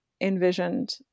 envisioned